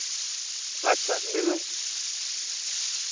ᱟᱪᱪᱷᱟ ᱞᱟᱹᱭ ᱢᱮ